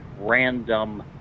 random